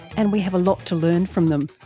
and we have a lot to learn from them.